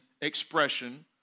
expression